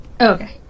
Okay